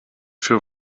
für